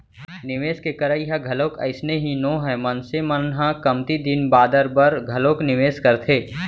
निवेस के करई ह घलोक अइसने ही नोहय मनसे मन ह कमती दिन बादर बर घलोक निवेस करथे